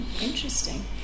Interesting